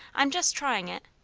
i'm just trying it.